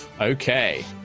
Okay